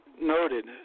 noted